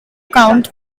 count